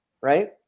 right